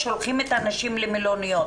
שולחים את הנשים למלוניות,